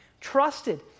trusted